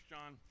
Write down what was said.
John